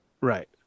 right